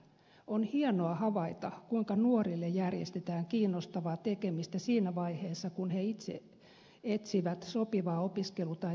on hienoa havaita kuinka nuorille järjestetään kiinnostavaa tekemistä siinä vaiheessa kun he itse etsivät sopivaa opiskelu tai työpaikkaa